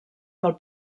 del